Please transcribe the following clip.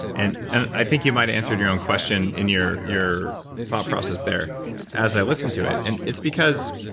and and i think you might have answered your own question in your your thought process there as i listen to it. and it's because